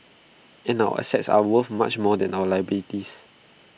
and our assets are worth much more than our liabilities